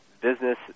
business